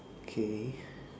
okay